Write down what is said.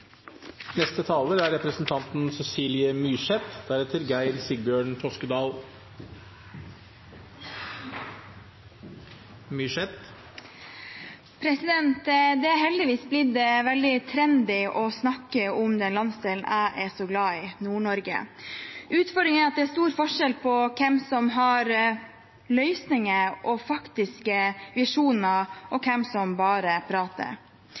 heldigvis blitt veldig trendy å snakke om den landsdelen jeg er så glad i, Nord-Norge. Utfordringen er at det er stor forskjell på hvem som har løsninger og faktiske visjoner, og hvem som bare prater.